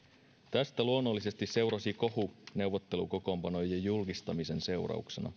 tästä luonnollisesti seurasi kohu neuvottelukokoonpanojen julkistamisen seurauksena